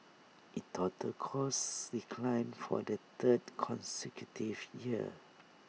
IT total costs declined for the third consecutive year